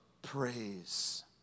praise